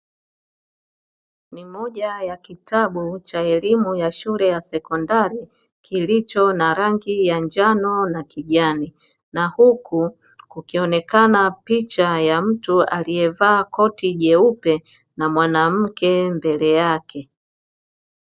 Ni moja ya kitabu cha elimu ya shule ya sekondari kilicho na rangi ya njano na kijani. Na huku kukionekana picha ya mtu aliyevaa koti jeupe na mwanamke mbele yake.